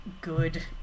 good